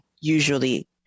usually